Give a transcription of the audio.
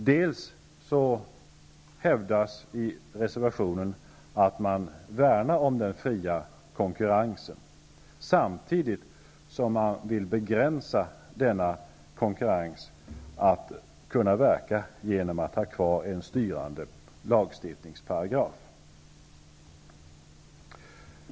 Det hävdas i reservationen att man värnar om den fria konkurrensen. Men samtidigt vill man begränsa denna konkurrens genom att ha kvar en styrande lagstiftningsparagraf.